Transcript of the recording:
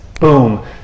Boom